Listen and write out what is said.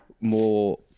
more